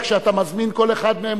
כשאתה מזמין כל אחד מהם,